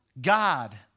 God